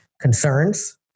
concerns